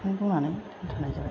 बुंनानै थानाय जाबाय